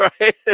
right